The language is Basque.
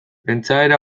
pentsaera